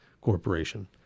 Corporation